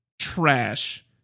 trash